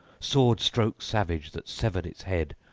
sword-stroke savage, that severed its head.